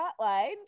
Hotline